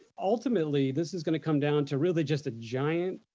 ultimately, this is gonna come down to really just a giant